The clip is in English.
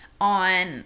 on